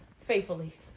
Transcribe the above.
faithfully